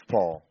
Paul